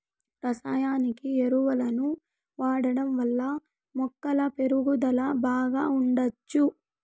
రసాయనిక ఎరువులను వాడటం వల్ల మొక్కల పెరుగుదల బాగా ఉండచ్చు